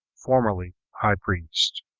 formerly high priest.